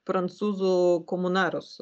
prancūzų komunarus